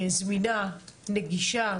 זמינה, נגישה.